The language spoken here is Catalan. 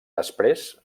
després